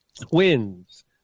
twins